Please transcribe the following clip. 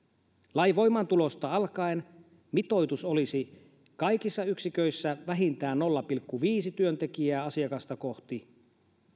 lain voimaantulosta alkaen mitoitus olisi kaikissa yksiköissä vähintään nolla pilkku viisi työntekijää asiakasta kohti